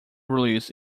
released